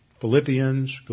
Philippians